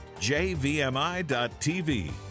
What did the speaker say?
jvmi.tv